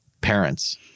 parents